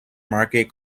market